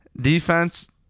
defense